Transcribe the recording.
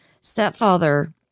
stepfather